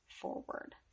forward